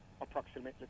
approximately